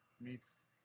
meets